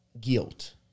guilt